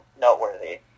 noteworthy